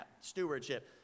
stewardship